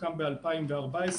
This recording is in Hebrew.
שהוקם ב-2014,